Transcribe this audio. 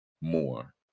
more